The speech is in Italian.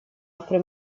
offre